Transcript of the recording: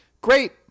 great